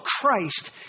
Christ